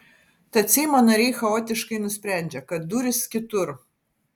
tad seimo nariai chaotiškai nusprendžia kad durys kitur